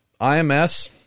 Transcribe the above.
IMS